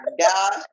God